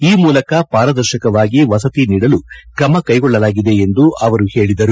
ಈ ಮೂಲಕ ಪಾರದರ್ಶಕವಾಗಿ ವಸತಿ ನೀಡಲು ಕ್ರಮ ಕೈಗೊಳ್ಳಲಾಗಿದೆ ಎಂದು ಅವರು ಹೇಳಿದರು